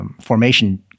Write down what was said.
formation